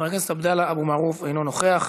חבר הכנסת עבדאללה אבו מערוף, אינו נוכח.